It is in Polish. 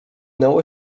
nało